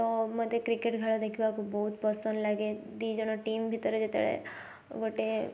ତ ମୋତେ କ୍ରିକେଟ୍ ଖେଳ ଦେଖିବାକୁ ବହୁତ ପସନ୍ଦ ଲାଗେ ଦୁଇ ଜଣ ଟିମ୍ ଭିତରେ ଯେତେବେଳେ ଗୋଟେ